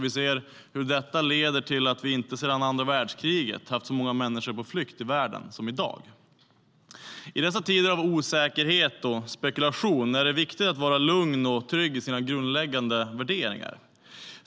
Vi ser hur detta leder till att vi inte sedan andra världskriget haft så många människor på flykt i världen som i dag.I dessa tider av osäkerhet och spekulation är det viktigt att vara lugn och trygg i sina grundläggande värderingar.